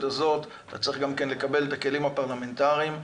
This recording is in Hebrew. הזאת צריך גם לקבל את הכלים הפרלמנטריים בהתאם.